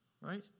right